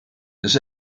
das